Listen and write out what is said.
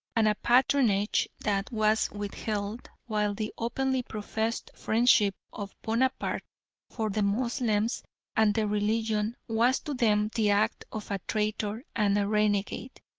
and a patronage that was withheld, while the openly professed friendship of bonaparte for the moslems and their religion was to them the act of a traitor and a renegade,